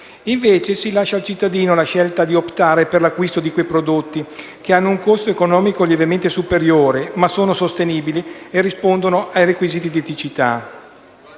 Invece, si lascia al cittadino la scelta di optare per l'acquisto di quei prodotti, che hanno un costo economico lievemente superiore, ma sono sostenibili e rispondono ai requisiti di eticità.